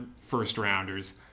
first-rounders